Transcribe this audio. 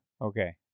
Okay